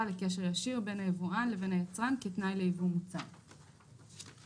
לקשר ישיר בין היבואן לבין היצרן כתנאי לייבוא מוצר"; (3)